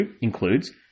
includes